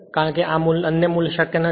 કારણ કે અન્ય મૂલ્ય શક્ય નથી